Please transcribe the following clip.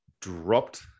dropped